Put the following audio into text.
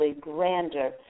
grander